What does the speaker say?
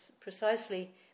precisely